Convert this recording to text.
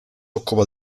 occupa